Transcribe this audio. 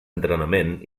entrenament